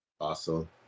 Awesome